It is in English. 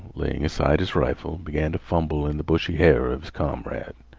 laying aside his rifle, began to fumble in the bushy hair of his comrade.